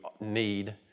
need